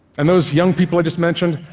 and those young people i just mentioned,